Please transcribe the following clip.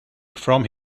from